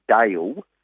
Dale